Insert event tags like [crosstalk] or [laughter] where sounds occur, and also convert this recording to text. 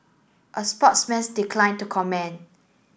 a sportsman [unintelligible] declined to comment